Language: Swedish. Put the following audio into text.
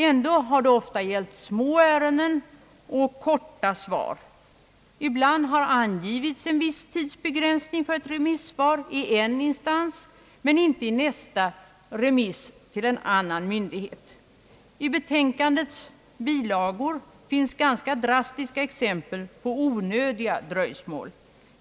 Ändå har det ofta gällt små ärenden och korta svar. Ibland har angivits en viss tidsbegränsning för ett remissvar i en instans men inte för nästa remiss till en annan myndighet. I betänkandets bilagor finns ganska drastiska exempel på onödiga dröjsmål.